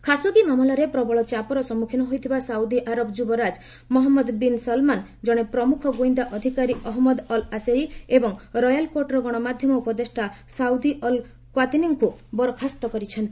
Khashoggi ମାମଲାରେ ପ୍ରବଳ ଚାପର ସମ୍ମୁଖୀନ ହୋଇଥିବା ସାଉଦି ଆରବ ଯ୍ରବରାଜ ମହମ୍ମଦ ବିନ୍ ସଲମାନ ଜଣେ ପ୍ରମ୍ରଖ ଗ୍ରଇନ୍ଦା ଅଧିକାରୀ ଅହନ୍ମଦ ଅଲ୍ ଆସିରି ଏବଂ ରୟାଲ୍ କୋର୍ଟର ଗଣମାଧ୍ୟମ ଉପଦେଷ୍ଟା ସାଉଦି ଅଲ୍ କ୍ୱାତାନିଙ୍କୁ ବରଖାସ୍ତ କରିଛନ୍ତି